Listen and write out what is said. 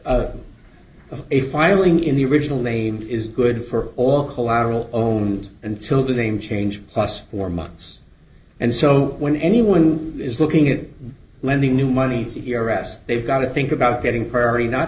against a filing in the original name is good for all collateral own until the name change plus four months and so when anyone is looking at lending new money to arrest they've got to think about getting purdy not